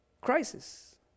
crisis